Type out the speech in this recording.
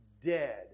dead